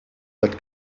that